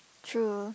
true